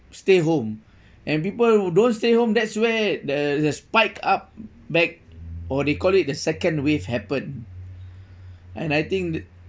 stay home and people who don't stay home that's where the the spike up back or they call it the second wave happened and I think